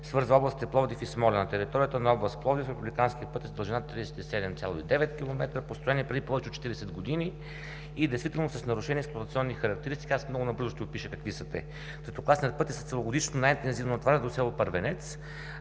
свързва областите Пловдив и Смолян. На територията на област Пловдив републиканският път е с дължина 37,9 км, построен е преди повече от 40 години и действително е с нарушени екплоатационни характеристики. Аз много набързо ще опиша какви са те. Третокласният път е с целогодишно най-интензивно натоварване до село Първенец,